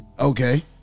okay